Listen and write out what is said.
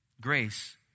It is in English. Grace